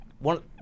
One